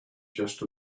just